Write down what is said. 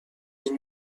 این